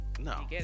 No